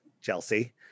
Chelsea